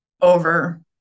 over